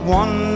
one